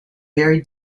very